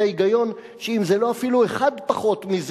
ההיגיון שאם זה לא אפילו חייל אחד פחות ממה